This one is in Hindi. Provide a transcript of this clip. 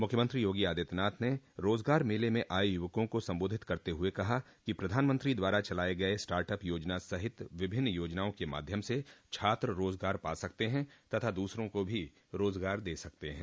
मुख्यमंत्री योगी आदित्यनाथ ने रोजगार मेले में आये युवकों को संबोधित करते हुये कहा कि प्रधानमंत्री द्वारा चलाये गये स्टार्टअप योजना सहित विभिन्न योजनाओं के माध्यम से छात्र रोजगार पा सकते हैं तथा दूसरों को भी रोजगार दे सकते हैं